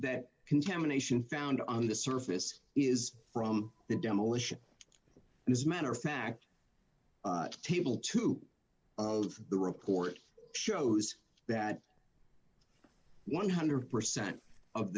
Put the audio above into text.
that contamination found on the surface is from the demolition and as matter of fact table two of the report shows that one hundred percent of